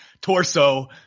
torso